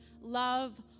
love